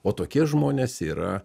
o tokie žmonės yra